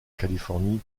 californie